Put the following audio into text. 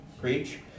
preach